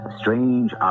strange